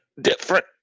different